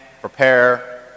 prepare